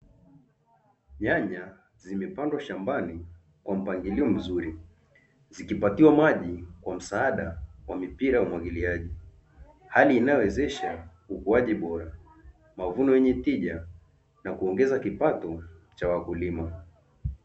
Nyanya zimepangwa shambani kwa mpangilio mzuri zikipatiwa maji kwa msaada wa mipira ya umwagiliaji hali inayowezesha ukuaji bora, mavuno yenye tija na kuongeza kipato cha wakulima.